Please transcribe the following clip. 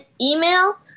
email